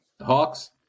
Hawks